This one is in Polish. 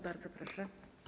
Bardzo proszę.